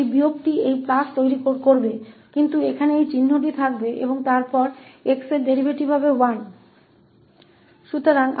लेकिन यहाँ वह चिन्ह रहेगा और फिर x का अवकलज 1 होगा